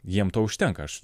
jiem to užtenka aš